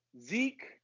Zeke